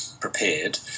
prepared